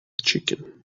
chicken